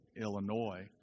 Illinois